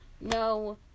no